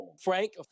Frank